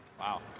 Wow